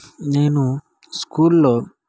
నేను స్కూల్లో